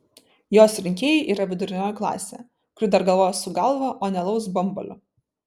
jos rinkėjai yra vidurinioji klasė kuri dar galvoja su galva o ne alaus bambaliu